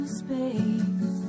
space